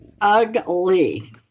Ugly